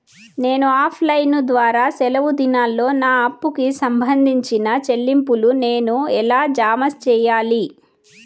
నేను offline ద్వారా సెలవు దినాల్లో నా అప్పుకి సంబంధించిన చెల్లింపులు నేను ఎలా జామ సెయ్యాలి?